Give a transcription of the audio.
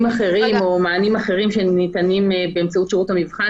אחרים או מענים אחרים שניתנים באמצעות שירות המבחן.